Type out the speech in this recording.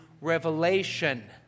revelation